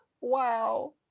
Wow